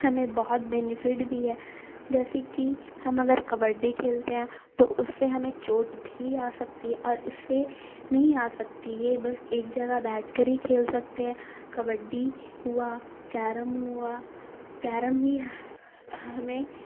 ہمیں بہت بینیفٹ بھی ہے جیسے کہ ہم اگر کبڈی کھیلتے ہیں تو اس سے ہمیں چوٹ بھی آ سکتی ہے اور اس سے نہیں آ سکتی ہے بس ایک جگہ بیٹھ کر ہی کھیل سکتے ہیں کبڈی ہوا کیرم ہوا کیرم بھی ہمیں